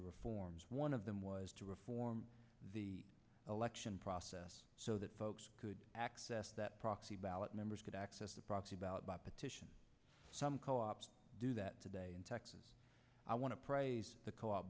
reforms one of them was to reform the election process so that folks could access that proxy ballot members could access the proxy about by petition some co ops do that today in texas i want to